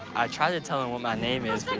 try to tell them what my name is but